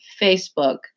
Facebook